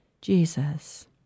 Jesus